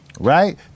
Right